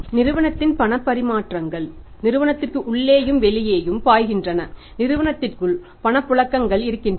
நிறுவனத்தின் பணப்பரிமாற்றங்கள் நிறுவனத்திற்கு உள்ளேயும் வெளியேயும் பாய்கின்றன நிறுவனத்திற்குள் பணப்புழக்கங்கள் இருக்கின்றன